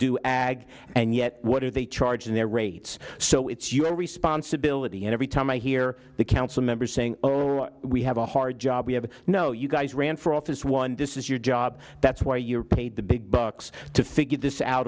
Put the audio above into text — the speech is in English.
do ag and yet what are they charging their rates so it's you responsibility and every time i hear the council member saying we have a hard job we have no you guys ran for office one this is your job that's why you're paid the big bucks to figure this out